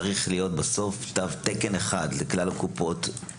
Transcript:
צריך להיות בסוף תו תקן אחד לכלל הקופות,